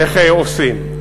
איך עושים.